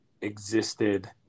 existed